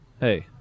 hey